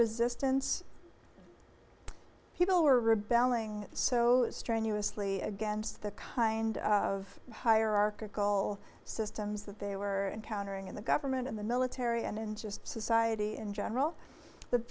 resistance people were rebelling so strenuously against the kind of hierarchical systems that they were encountering in the government in the military and in just society in general that